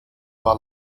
war